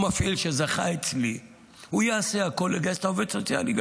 המפעיל שזכה אצלי יעשה הכול לגייס את העובד הסוציאלי,